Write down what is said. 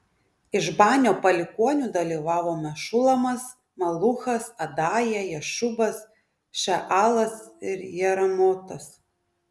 iš banio palikuonių dalyvavo mešulamas maluchas adaja jašubas šealas ir jeramotas